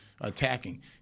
attacking